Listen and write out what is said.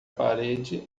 parede